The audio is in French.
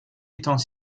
étant